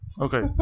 Okay